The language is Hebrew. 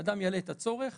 האדם יעלה את הצורך